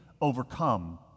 overcome